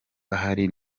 ahari